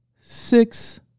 six